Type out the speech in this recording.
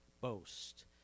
boast